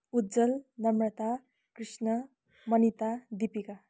Ujjwal Namrata Krishna Manita Deepika